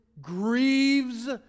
grieves